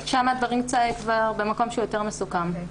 שם הדברים כבר במקום שהוא יותר מסוכם.